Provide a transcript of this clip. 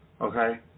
okay